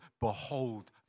behold